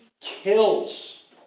kills